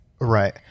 Right